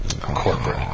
corporate